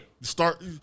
Start